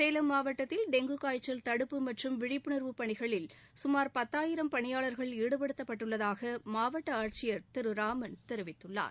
சேலம் மாவட்டத்தில் டெங்கு காய்ச்சல் தடுப்பு மற்றும் விழிப்புணர்வு பணிகளில் சுமார் பத்தாயிரம் பணியாளர்கள் ஈடுபடுத்தப்பட்டுள்ளதாக மாவட்ட ஆட்சியர் திரு ராமன் தெரிவித்துள்ளார்